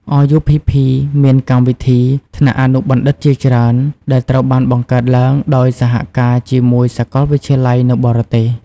RUPP មានកម្មវិធីថ្នាក់អនុបណ្ឌិតជាច្រើនដែលត្រូវបានបង្កើតឡើងដោយសហការជាមួយសាកលវិទ្យាល័យនៅបរទេស។